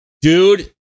dude